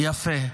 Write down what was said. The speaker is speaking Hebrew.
יפה,